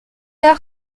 heure